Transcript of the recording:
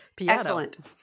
excellent